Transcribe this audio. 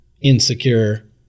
insecure